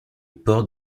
port